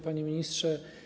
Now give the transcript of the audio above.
Panie Ministrze!